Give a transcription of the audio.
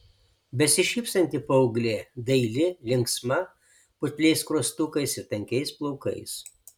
besišypsanti paauglė daili linksma putliais skruostukais ir tankiais plaukais